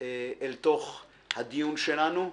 אל תוך הדיון שלנו.